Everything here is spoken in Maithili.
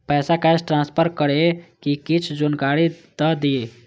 पैसा कैश ट्रांसफर करऐ कि कुछ जानकारी द दिअ